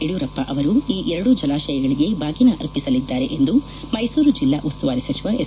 ಯಡಿಯೂರಪ್ಪ ಅವರು ಈ ಎರಡೂ ಜಲಾತಯಗಳಿಗೆ ಬಾಗಿನ ಅರ್ಪಿಸಲಿದ್ದಾರೆ ಎಂದು ಮೈಸೂರು ಜಿಲ್ಲಾ ಉಸ್ತುವಾರಿ ಸಚಿವ ಎಸ್